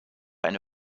eine